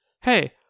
Hey